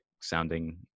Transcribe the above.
sounding